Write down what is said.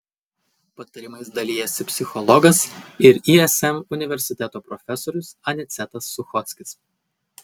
patarimais dalijasi psichologas ir ism universiteto profesorius anicetas suchockis